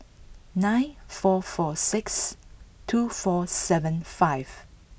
nine four four six two four seven five